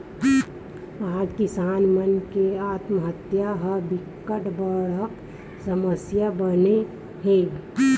आज किसान मन के आत्महत्या ह बिकट बड़का समस्या बनगे हे